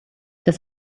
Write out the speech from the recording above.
das